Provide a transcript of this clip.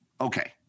Okay